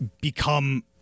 become